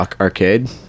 Arcade